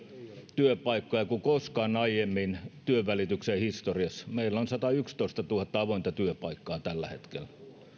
työpaikkoja kuin koskaan aiemmin työnvälityksen historiassa meillä on satayksitoistatuhatta avointa työpaikkaa tällä hetkellä